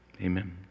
Amen